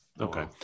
Okay